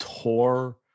tore